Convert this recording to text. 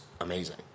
amazing